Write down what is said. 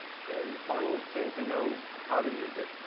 okay. so but seem to know how to use it.